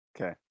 Okay